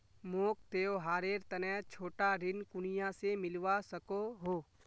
मोक त्योहारेर तने छोटा ऋण कुनियाँ से मिलवा सको हो?